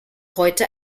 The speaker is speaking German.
heute